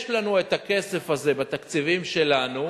יש לנו את הכסף הזה בתקציבים שלנו,